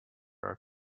are